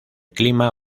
clima